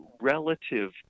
relative